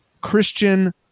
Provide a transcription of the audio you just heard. Christian